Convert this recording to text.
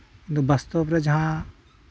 ᱵᱟᱥᱛᱚᱵᱨᱮ ᱡᱟᱦᱟᱸ